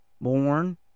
Born